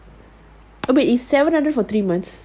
oh wait it's seven hundred for three months